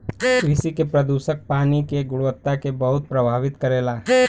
कृषि के प्रदूषक पानी के गुणवत्ता के बहुत प्रभावित करेला